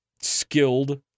skilled